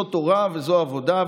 זו תורה וזו עבודה,